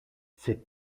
cette